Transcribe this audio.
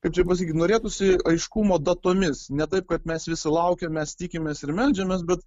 kaip čia pasakyt norėtųsi aiškumo datomis ne taip kad mes visi laukiam mes tikimės ir meldžiamės bet